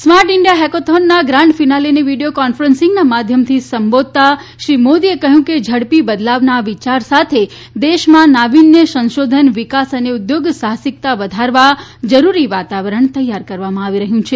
smart India હેકાથોનના grand ફિનાલેને video કોન્ફરન્સીંગના માધ્યમથી સંબોધતા શ્રી મોદીએ કહ્યું કે ઝડપી બદલાવના આ વિચાર સાથે દેશમાં નાવીન્ય સંશોધન વિકાસ અને ઉદ્યોગ સાહસિકતા વધારવા જરૂરી વાતાવરણ તૈયાર કરવામાં આવી રહ્યું છે